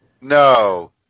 No